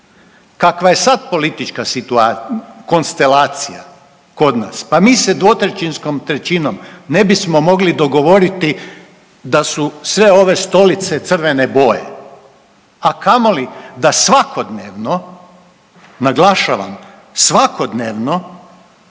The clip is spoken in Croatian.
Kakva je sad politička konstelacija kod nas pa mi se 2/3 trećinom ne bismo mogli dogovoriti da su sve ove stolice crvene boje, a kamoli da svakodnevno, naglašavam, svakodnevno